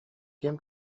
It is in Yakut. ким